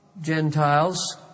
Gentiles